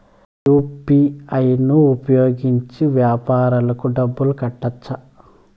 UPI ను ఉపయోగించి వ్యాపారాలకు డబ్బులు కట్టొచ్చా?